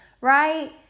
Right